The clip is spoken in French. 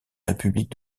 république